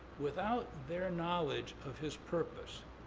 without their knowledge of his purpose,